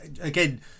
again